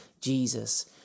Jesus